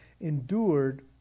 endured